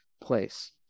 place